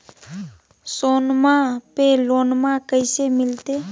सोनमा पे लोनमा कैसे मिलते?